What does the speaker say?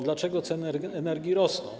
Dlaczego ceny energii rosną?